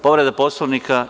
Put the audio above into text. Povreda Poslovnika.